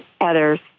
others